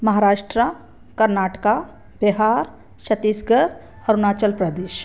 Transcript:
Maharashtra Karnataka Bihar Chhattisgarh Arunachal Pradesh